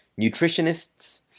Nutritionists